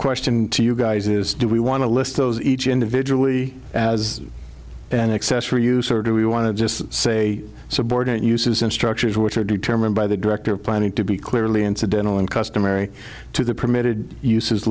question to you guys is do we want to list those each individually as an access for use or do we want to just say subordinate uses in structures which are determined by the director of planning to be clearly incidental and customary to the permitted use